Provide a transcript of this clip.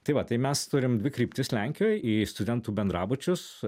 tai va tai mes turim dvi kryptis lenkijoj į studentų bendrabučius